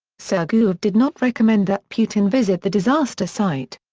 sergeyev did not recommend that putin visit the disaster site.